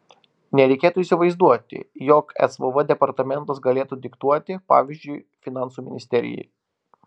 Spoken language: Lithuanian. nereikėtų įsivaizduoti jog svv departamentas galėtų diktuoti pavyzdžiui finansų ministerijai